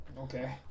Okay